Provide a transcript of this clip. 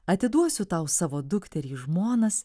atiduosiu tau savo dukterį į žmonas